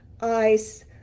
ice